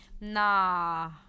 nah